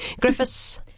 Griffiths